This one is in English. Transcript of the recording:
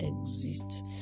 exist